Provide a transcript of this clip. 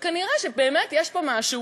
וכנראה באמת יש פה משהו